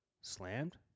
slammed